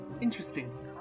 interesting